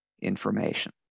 information